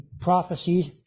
prophecies